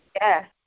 Yes